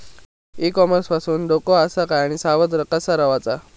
E commerce पासून धोको आसा काय आणि सावध कसा रवाचा?